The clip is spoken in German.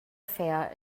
fair